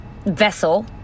vessel